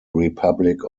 republic